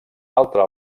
altra